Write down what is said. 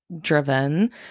driven